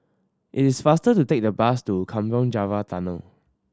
it is faster to take the bus to Kampong Java Tunnel